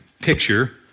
picture